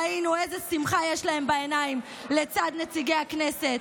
ראינו איזו שמחה יש להם בעיניים לצד נציגי הכנסת,